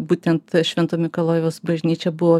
būtent švento mikalojaus bažnyčia buvo